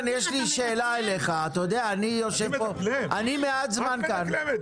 אני מדקלם?